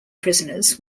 prisoners